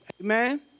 Amen